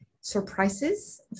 surprises